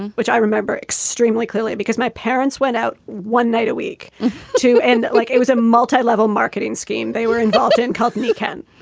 and which i remember extremely clearly because my parents went out one night a week too, and like it was a multi-level marketing scheme they were involved in, called me ken,